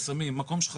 אני בדרך כלל נגד האוצר,